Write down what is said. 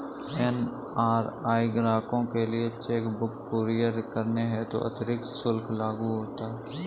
NRI ग्राहकों के लिए चेक बुक कुरियर करने हेतु अतिरिक्त शुल्क लागू होता है